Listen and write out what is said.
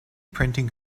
printing